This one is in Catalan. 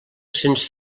sense